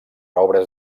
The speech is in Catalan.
obres